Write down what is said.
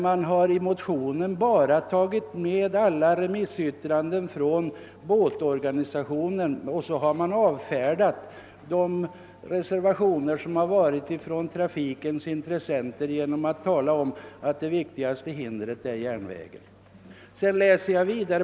Men i motionen har man bara tagit med remissyttranden från båtorganisationer och avfärdat de reservationer som gjorts av biltrafikintressenterna och har framhållit att det viktigaste hindret är järnvägen.